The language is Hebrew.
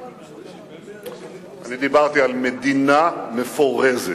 אני דיברתי על מדינה מפורזת.